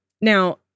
Now